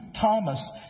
Thomas